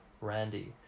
Randy